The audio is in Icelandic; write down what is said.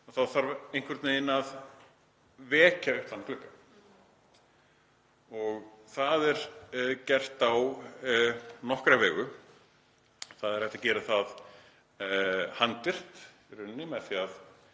þá þarf einhvern veginn að vekja upp þann glugga og það er gert á nokkra vegu. Það er hægt að gera það handvirkt með því að